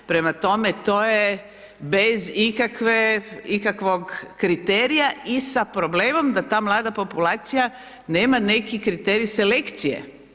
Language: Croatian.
Prema tome, to je bez ikakvog kriterija i sa problemom da ta mlada populacija nema neki kriterij selekcije.